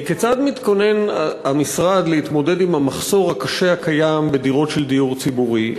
כיצד מתכונן המשרד להתמודד עם המחסור הקשה הקיים בדירות של דיור ציבורי?